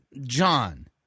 John